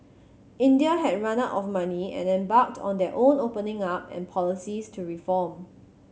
India had run out of money and embarked on their own opening up and policies to reform